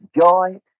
Joy